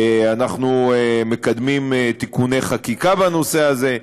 ואנחנו מקדמים תיקוני חקיקה בנושא הזה,